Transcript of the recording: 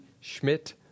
Schmidt